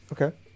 Okay